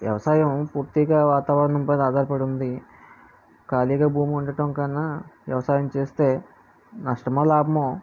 వ్యవసాయం పూర్తిగా వాతావరణంపైన ఆధారపడి ఉంది ఖాళీగా భూమి ఉండటం కన్నా వ్యవసాయం చేస్తే నష్టమో లాభమో